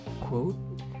Quote